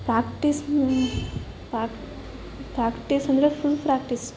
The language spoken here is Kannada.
ಪ್ರ್ಯಾಕ್ಟಿಸ್ ಪ್ರಾಕ್ಟಿ ಪ್ರ್ಯಾಕ್ಟಿಸ್ ಅಂದರೆ ಫುಲ್ ಪ್ರ್ಯಾಕ್ಟಿಸ್